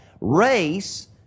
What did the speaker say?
Race